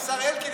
השר אלקין,